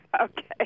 Okay